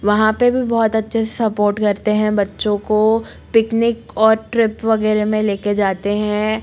वहाँ पर भी बहुत अच्छे से सपोर्ट करते हैं बच्चों को पिकनिक और ट्रिप वगैरह में ले कर जाते हैं